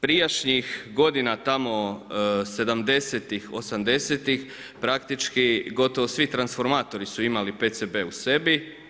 Prijašnjih godina tamo 70-tih, 80-tih praktički gotovo svi transformatori su imali PCB-e u sebi.